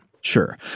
Sure